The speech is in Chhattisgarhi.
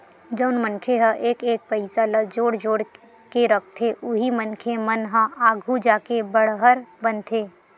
जउन मनखे ह एक एक पइसा ल जोड़ जोड़ के रखथे उही मनखे मन ह आघु जाके बड़हर बनथे